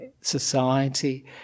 society